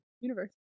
Universe